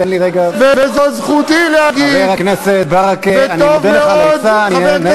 אני מודה לך על העצה.